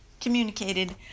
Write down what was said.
communicated